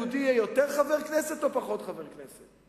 ישראל אם מהבית היהודי יהיה חבר כנסת אחד יותר או חבר כנסת אחד פחות?